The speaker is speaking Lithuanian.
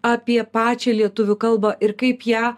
apie pačią lietuvių kalbą ir kaip ją